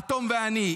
האטום ואני,